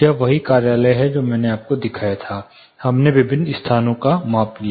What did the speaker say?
यह वही कार्यालय है जो मैंने आपको दिखाया था हमने विभिन्न स्थानों में माप लिया